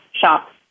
shops